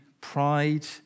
pride